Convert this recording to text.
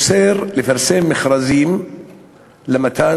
משרד הבריאות אוסר לפרסם מכרזים למתן